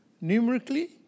numerically